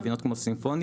גבינות כמו סימפוניה.